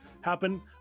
happen